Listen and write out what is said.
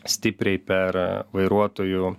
stipriai per vairuotojų